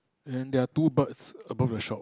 then there are two birds above the shop